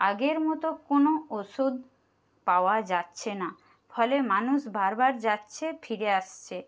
আগের মতো কোনো ওষুধ পাওয়া যাচ্ছে না ফলে মানুষ বারবার যাচ্ছে ফিরে আসছে